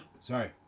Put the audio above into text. sorry